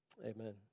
Amen